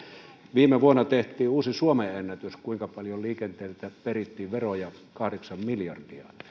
viime vuonna tehtiin uusi suomenennätys siinä kuinka paljon liikenteeltä perittiin veroja kahdeksan miljardia